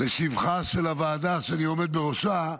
לשבחה של הוועדה שאני עומד בראשה,